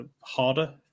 harder